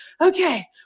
okay